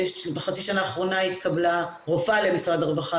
בחצי שנה האחרונה התקבלה רופאה למשרד הרווחה,